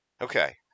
Okay